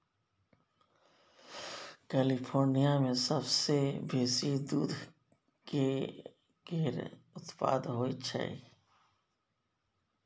California मे सबसँ बेसी दूध केर उत्पाद होई छै